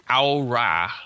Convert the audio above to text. Aura